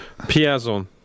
Piazon